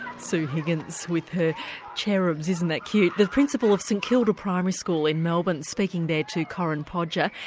sue higgins with her cherubs, isn't that cute. the principal of st kilda primary school in melbourne, speaking there to corinne podger.